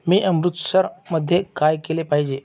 मी अमृतसरमध्ये काय केले पाहिजे